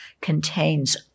contains